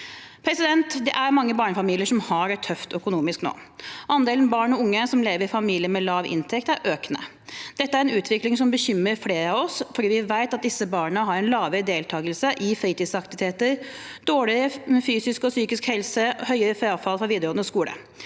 og unge. Det er mange barnefamilier som har det økonomisk tøft nå. Andelen barn og unge som lever i familier med lav inntekt, er økende. Dette er en utvikling som bekymrer flere av oss, fordi vi vet at disse barna har lavere deltakelse i fritidsaktiviteter, dårligere fysisk og psykisk helse og høyere frafall fra videregående skole.